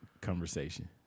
conversation